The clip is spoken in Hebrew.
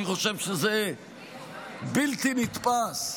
אני חושב שזה בלתי נתפס.